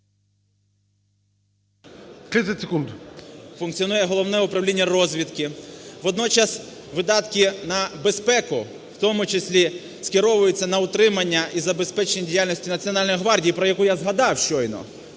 …функціонує Головне управління розвідки. Водночас видатки на безпеку у тому числі скеровуються на утримання і забезпечення діяльності Національної гвардії, про яку я згадав щойно,